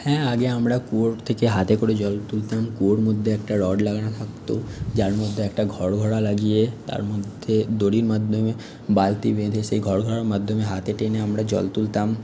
হ্যাঁ আগে আমরা কুয়োর থেকে হাতে করে জল তুলতাম কুয়োর মধ্যে একটা রড লাগানো থাকতো যার মধ্যে একটা ঘড়ঘড়া লাগিয়ে তার মধ্যে দড়ির মাধ্যমে বালতি বেঁধে সেই ঘড়ঘড়ার মাধ্যমে হাতে টেনে আমরা জল তুলতাম